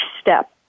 step